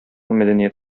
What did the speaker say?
мәдәният